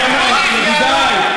ידידיי,